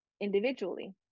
individually